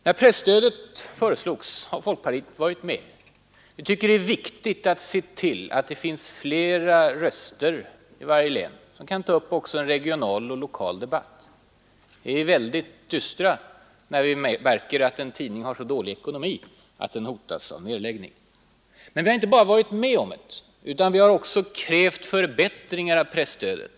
När presstödet föreslagits har vi från folkpartiet varit med om det. Vi tycker det är viktigt att se till att det finns flera röster i varje län som kan ta upp också en regional och lokal debatt. Vi är väldigt dystra när vi märker att en tidning har så dålig ekonomi att den hotas av nedläggning. Men vi har inte bara varit med om presstödet utan också krävt förbättringar av det.